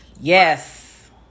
Yes